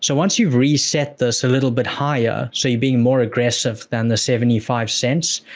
so once you've reset this a little bit higher, so you being more aggressive than the seventy five cents,